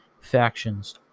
factions